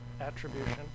attribution